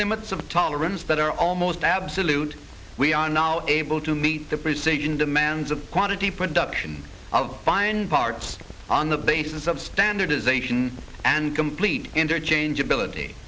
limits of tolerance that are almost absolute we are now able to meet the precision demands of quantity production of find parts on the basis of standardization and complete interchange ability